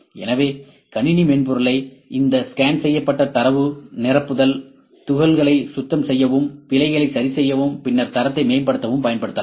எனவே கணினி மென்பொருளை இந்த ஸ்கேன் செய்யப்பட்ட தரவு நிரப்புதல் துளைகளை சுத்தம் செய்யவும் பிழைகளை சரிசெய்யவும் பின்னர் தரத்தை மேம்படுத்தவும் பயன்படுத்தலாம்